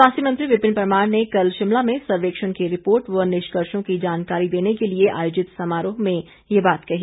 स्वास्थ्य मंत्री विपिन परमार ने कल शिमला में सर्वेक्षण की रिपोर्ट व निष्कर्षो की जानकारी देने के लिए आयोजित समारोह में ये बात कही